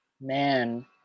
Man